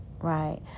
Right